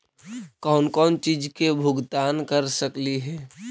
कौन कौन चिज के भुगतान कर सकली हे?